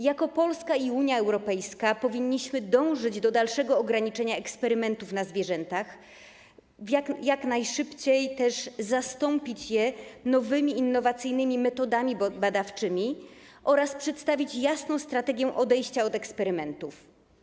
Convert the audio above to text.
Jako Polska i Unia Europejska powinniśmy dążyć do dalszego ograniczania eksperymentów na zwierzętach, jak najszybciej zastąpić je nowymi, innowacyjnymi metodami badawczymi oraz przedstawić jasną strategię odejścia od eksperymentów.